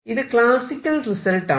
ഇത് classical result ആണ്